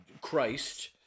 Christ